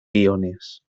guiones